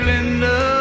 Linda